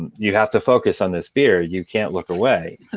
you have to focus on this beard you can't look away.